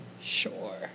Sure